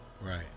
Right